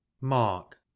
mark